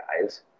guys